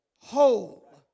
whole